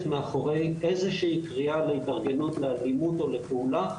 מאחורי איזו שהיא קריאה להתארגנות לאלימות או לפעולה.